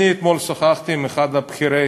אתמול שוחחתי עם אחד מבכירי